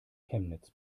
chemnitz